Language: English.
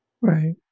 Right